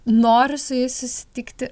noriu su jais susitikti